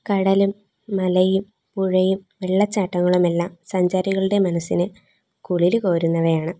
കടലും മലയും പുഴയും വെള്ളച്ചാട്ടങ്ങളുമെല്ലാം സഞ്ചാരികളുടെ മനസ്സിന് കുളിർ കോരുന്നവയാണ്